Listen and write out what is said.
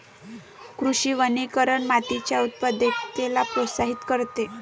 कृषी वनीकरण मातीच्या उत्पादकतेला प्रोत्साहित करते